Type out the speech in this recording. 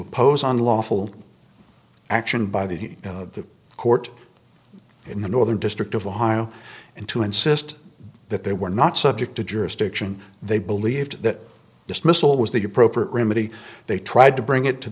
oppose unlawful action by the heat of the court in the northern district of ohio and to insist that they were not subject to jurisdiction they believed that dismissal was the appropriate remedy they tried to bring it to